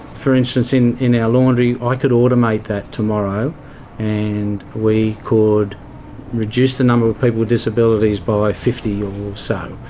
for instance in in our laundry i could automate that tomorrow and we could reduce the number of people with disabilities by fifty or so,